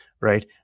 right